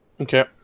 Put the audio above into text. Okay